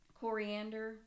coriander